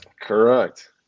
Correct